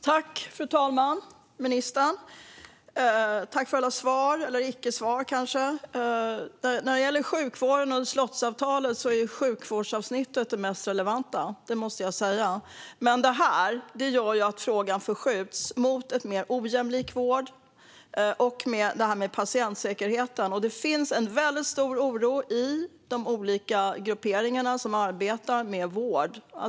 Fru talman! Tack, ministern, för alla svar eller kanske snarare icke-svar. I slottsavtalet är sjukvårdsavsnittet det mest relevanta avsnittet. Det måste jag säga. Men det innebär en förskjutning i riktning mot en mer ojämlik vård. Sedan är det detta med patientsäkerheten. Det finns en väldigt stor oro för patientsäkerheten i de olika grupperingar som arbetar med vård.